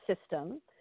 system